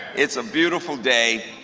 it's a beautiful day,